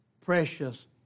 Precious